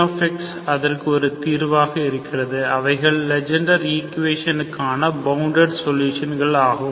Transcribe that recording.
Pnx அதற்கு ஒரு தீர்வு இருக்கிறது அவைகள் லெஜெண்டர் ஈக்குவேசனுக்கான பவுண்டட் சொலுஷன்கள் ஆகும்